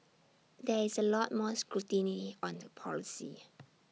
there is A lot more scrutiny on the policy